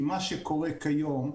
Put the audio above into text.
כי מה שקורה היום,